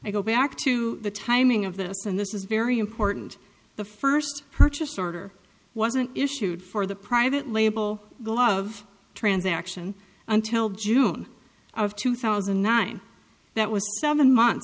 i go back to the timing of this and this is very important the first purchase order wasn't issued for the private label love transaction until june of two thousand and nine that was seven months